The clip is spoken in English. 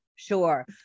Sure